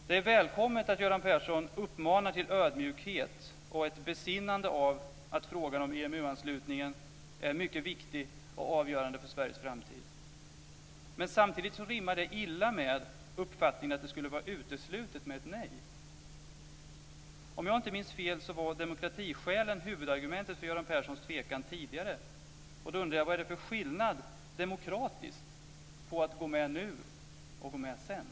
Det är välkommet att Göran Persson uppmanar till ödmjukhet och ett besinnande av att frågan om EMU anslutningen är mycket viktig och avgörande för Sveriges framtid. Samtidigt rimmar det illa med uppfattningen att det skulle vara uteslutet med ett nej. Om jag inte minns fel var demokratiskälen huvudargumentet för Göran Perssons tvekan tidigare. Då undrar jag: Vad är det för skillnad demokratiskt på att gå med nu och att gå med sedan?